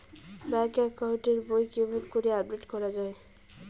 Bank account এর বই কেমন করি আপডেট করা য়ায়?